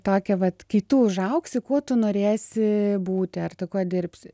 tokia vat kai tu užaugsi kuo tu norėsi būti ar tu kuo dirbsi